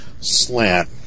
slant